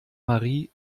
marie